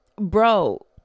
bro